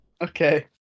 Okay